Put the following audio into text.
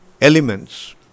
elements